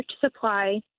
supply